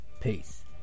Peace